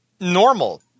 normal